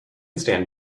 stand